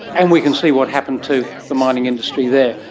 and we can see what happened to the mining industry there.